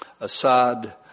Assad